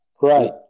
Right